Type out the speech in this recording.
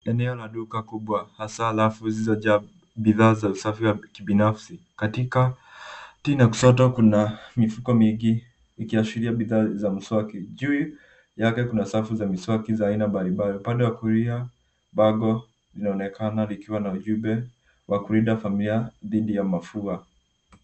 Eneo la duka kubwa: hasaa alafu zilizojaa bidhaa za usafi wa kibinafsi. Katika kushoto kina mifuko mingi ikiashiria bidhaa za mswaki. Juu yake kuna safi za mswaki za aina mbali mbali. Upande wa kulia bango linaonekana likiwa na ujumbe wa kulinda familia dhidi ya mafua.